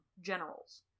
generals